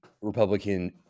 republican